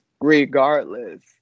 regardless